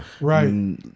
Right